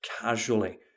casually